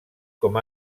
com